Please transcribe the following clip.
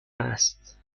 است